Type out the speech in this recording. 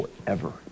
forever